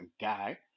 guy